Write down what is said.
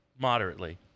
moderately